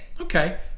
Okay